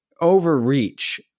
overreach